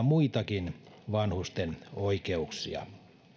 muitakin vanhusten oikeuksia